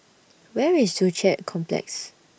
Where IS Joo Chiat Complex